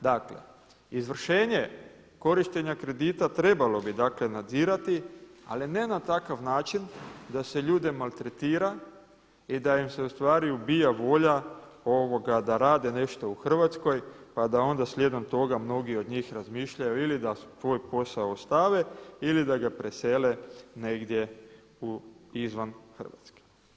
Dakle, izvršenje korištenja kredita trebalo bi dakle nadzirati, ali ne na takav način da se ljude maltretira i da im se u stvari ubija volja da rade nešto u Hrvatskoj, pa da onda slijedom toga mnogi od njih razmišljaju ili da svoj posao ostave ili da ga presele negdje izvan Hrvatske.